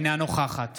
אינה נוכחת